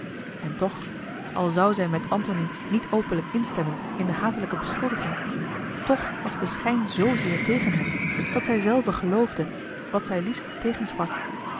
en toch al zou zij met antony niet openlijk instemmen in de hatelijke beschuldiging toch was de schijn zoozeer tegen hem dat zij zelve geloofde wat zij liefst tegensprak